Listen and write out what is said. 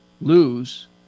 lose